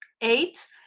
Eight